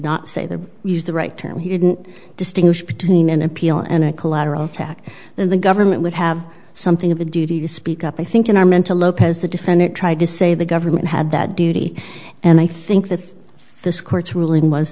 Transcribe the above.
not say the use the right term he didn't distinguish between an appeal and a collateral tack that the government would have something of a duty to speak up i think in our mental lopez the defendant tried to say the government had that duty and i think that this court's ruling was